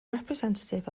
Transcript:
representative